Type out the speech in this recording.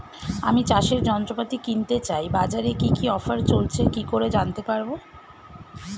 আমি চাষের যন্ত্রপাতি কিনতে চাই বাজারে কি কি অফার চলছে কি করে জানতে পারবো?